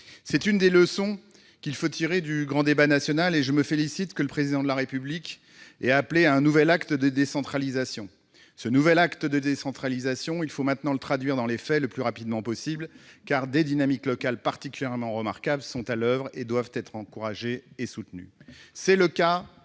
C'est une des leçons qu'il faut tirer du grand débat national. Je me félicite que le Président de la République ait appelé à un nouvel « acte de décentralisation ». Ce nouvel acte de décentralisation, il faut maintenant le traduire le plus rapidement possible dans les faits, car des dynamiques locales particulièrement remarquables sont à l'oeuvre et doivent être encouragées et soutenues. C'est le cas